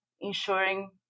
ensuring